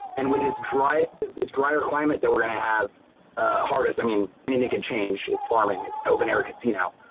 and with this drier this drier climate, that we're gonna have a harvest, i mean, anything could change it's farming, and open air casino.